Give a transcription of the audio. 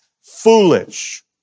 foolish